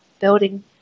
building